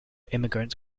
immigrant